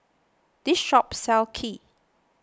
this shop sells Kheer